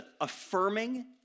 affirming